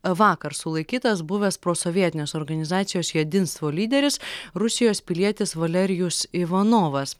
vakar sulaikytas buvęs prosovietinės organizacijos jedinstvo lyderis rusijos pilietis valerijus ivanovas